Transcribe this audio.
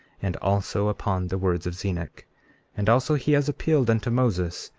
and also upon the words of zenock and also he has appealed unto moses,